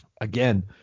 Again